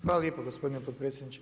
Hvala lijepo gospodine potpredsjedniče.